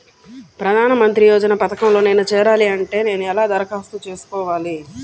ప్రధాన మంత్రి యోజన పథకంలో నేను చేరాలి అంటే నేను ఎలా దరఖాస్తు చేసుకోవాలి?